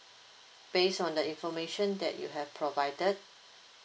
based on the information that you have provided